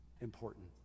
important